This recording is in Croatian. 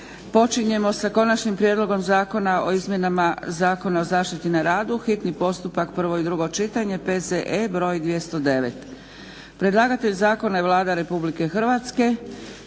Počinjemo sa - Konačni prijedlog zakona o izmjenama Zakona o zaštiti na radu, hitni postupak, prvo i drugo čitanje, PZE br. 209 Predlagatelj zakona je Vlada Republike Hrvatske.